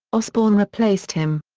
osbourne replaced him.